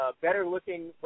better-looking